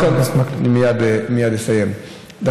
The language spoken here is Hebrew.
משפט סיכום, חבר הכנסת מקלב.